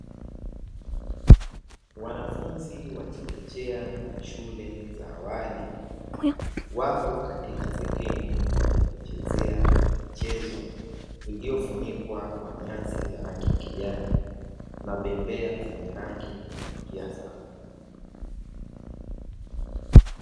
Wanafunzi wa chekechea na shule za awali wapo katika sehemu ya kuchezea michezo, iliyofunikwa kwa nyasi za rangi ya kijani na bembea zenye rangi ya kuvutia sana.